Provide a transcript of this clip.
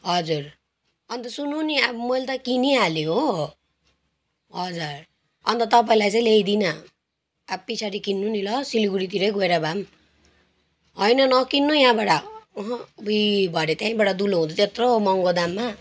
हजुर अन्त सुन्नु नि अब मैले त किनिहालेँ हो हजुर अन्त तपाईँलाई चाहिँ ल्याइदिइनँ अब पछाडि किन्नु नि ल सिलगढीतिरै गएर भए पनि होइन नकिन्नु यहाँबाट अहँ अबुई भरे त्यहीँबाट दुलो हुन्छ त्यत्रो महँगो दाममा